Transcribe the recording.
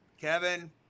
Kevin